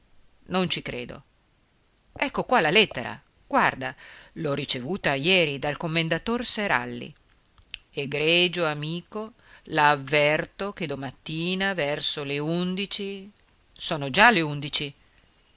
non ci credo ecco qua la lettera guarda l'ho ricevuta ieri dal commendator seralli egregio amico la avverto che domattina verso le undici sono già le undici